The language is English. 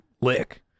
lick